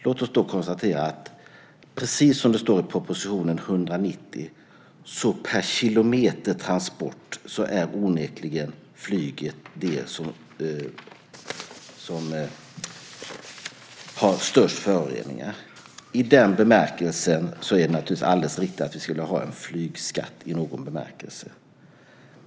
Låt oss därför konstatera att, precis som det står i proposition 190, flyget per transportkilometer onekligen är det transportslag som har de största föroreningarna. I den bemärkelsen är det naturligtvis alldeles riktigt att vi ska ha en flygskatt i någon bemärkelse.